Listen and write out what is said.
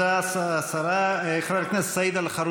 אני עוד לא התחלתי בכלל להיכנס לתזכיר.